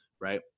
Right